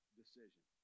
decision